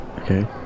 okay